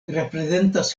reprezentas